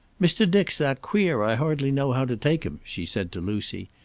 mr. dick's that queer i hardly know how to take him. she said to lucy.